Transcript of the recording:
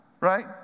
Right